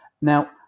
Now